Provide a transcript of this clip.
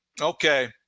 okay